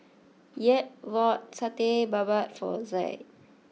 Yvette bought Satay Babat for Zaid